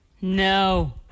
No